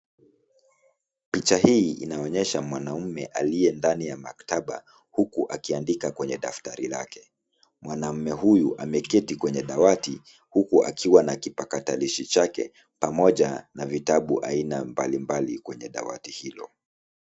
Picha hii inaonyesha mwanaume aliye ndani ya maktaba huku akiandika kwenye daftari lake. Mwanaume huyu ameketi kwenye dawati akiwa na kipakatalishi chake pamoja na vitabu aina mbalimbali kwenye dawati hilo.